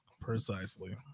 Precisely